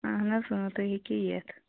اَہَن حظ تُہۍ ہیٚکِو یِتھ